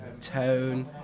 tone